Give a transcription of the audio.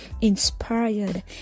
inspired